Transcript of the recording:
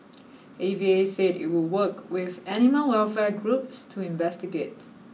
A V A said it would work with animal welfare groups to investigate